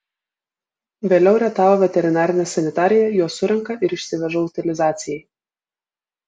vėliau rietavo veterinarinė sanitarija juos surenka ir išsiveža utilizacijai